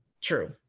True